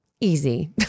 Easy